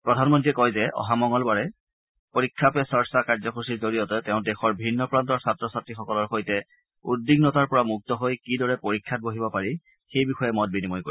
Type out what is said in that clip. প্ৰধানমন্ত্ৰীয়ে কয় যে অহা মঙলবাৰে পৰীক্ষা পে চৰ্চা কাৰ্যসূচীৰ জৰিয়তে তেওঁ দেশৰ ভিন্ন প্ৰান্তৰ ছাত্ৰ ছাত্ৰীসকলৰ সৈতে উদ্বিগ্নতাৰ পৰা মুক্ত হৈ কি দৰে পৰীক্ষাত বহিব পাৰি সেই বিষয়ে মত বিনিময় কৰিব